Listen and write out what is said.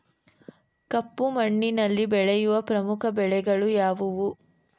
ಕಪ್ಪು ಮಣ್ಣಿನಲ್ಲಿ ಬೆಳೆಯುವ ಪ್ರಮುಖ ಬೆಳೆಗಳು ಯಾವುವು?